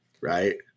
right